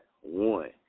one